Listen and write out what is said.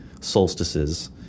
solstices